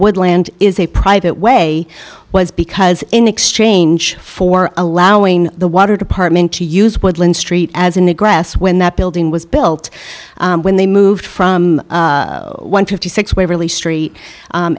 woodland is a private way was because in exchange for allowing the water department to use woodlands street as an egress when that building was built when they moved from one fifty six waverly street